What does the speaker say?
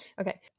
Okay